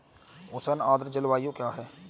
उष्ण आर्द्र जलवायु क्या है?